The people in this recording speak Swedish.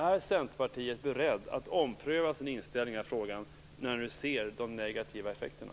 Är Centerpartiet berett att ompröva sin inställning i den här frågan när man ser de negativa effekterna?